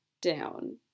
down